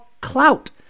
clout